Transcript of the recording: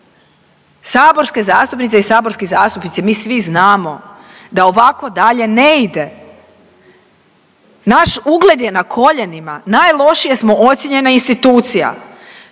Saborske zastupnice i saborski zastupnici, mi svi znamo da ovako dalje ne ide, naš ugled je na koljenima, najlošije smo ocijenjena institucija.